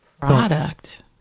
Product